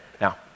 now